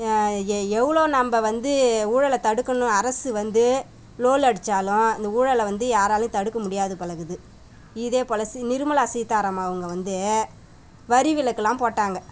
எ எவ்வளோ நம்ம வந்து ஊழலை தடுக்கணும்னு அரசு வந்து லோல் அடிச்சாலும் இந்த ஊழலை வந்து யாராலையும் தடுக்க முடியாது போலருக்குது இதேப்போல் சி நிர்மலா சீதாராமன் அவங்க வந்து வரிவிலக்கெலாம் போட்டாங்கள்